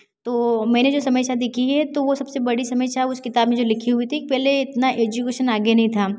तो मैंने जो समस्या देखी है तो वो सबसे बड़ी समस्या उस किताब में जो लिखी हुई थी पहले इतना एजुकेशन आगे नहीं था